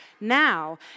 Now